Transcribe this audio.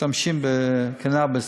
במשתמשים בקנאביס,